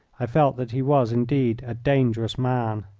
i felt that he was indeed a dangerous man.